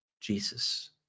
Jesus